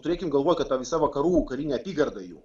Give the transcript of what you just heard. turėkim galvoj kad ta visa vakarų karinė apygarda jų